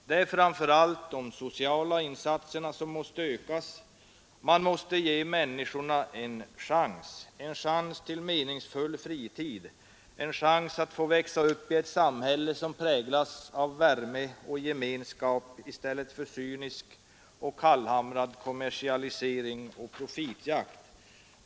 Det är framför allt de sociala insatserna som måste ökas, man måste ge människorna en chans — en chans till meningsfull fritid, en chans att få växa upp i ett samhälle som präglas av värme och gemenskap i stället för cynisk och kallhamrad kommersialisering och profitjakt.